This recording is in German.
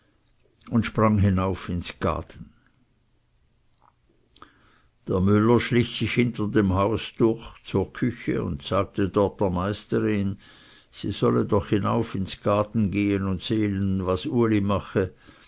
und sprang hinauf ins gaden der müller schlich sich hinter dem haus durch zur küche und sagte dort der meisterin sie solle doch hinauf ins gaden gehen und sehen was uli mache